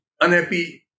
unhappy